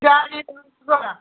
ચાર હોયા